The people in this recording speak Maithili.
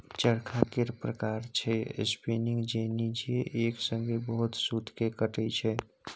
चरखा केर प्रकार छै स्पीनिंग जेनी जे एक संगे बहुत सुत केँ काटय छै